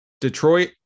Detroit